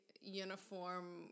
uniform